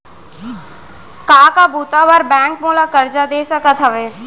का का बुता बर बैंक मोला करजा दे सकत हवे?